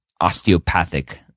osteopathic